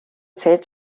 zählt